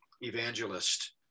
evangelist